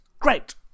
great